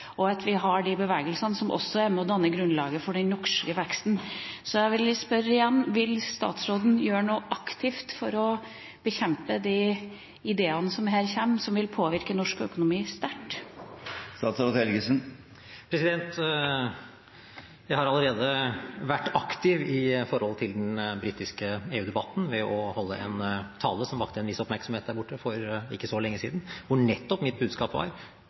og at vi har de bevegelsene som også er med på å danne grunnlaget for den norske veksten. Så jeg vil spørre igjen: Vil statsråden gjøre noe aktivt for å bekjempe de ideene som her kommer, som vil påvirke norsk økonomi sterkt? Jeg har allerede vært aktiv i forhold til den britiske EU-debatten ved å holde en tale som vakte en viss oppmerksomhet der borte for ikke så lenge siden, hvor nettopp mitt budskap var